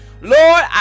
Lord